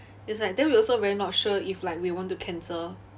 it's like then we also very not sure if like we want to cancel